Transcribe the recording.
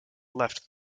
left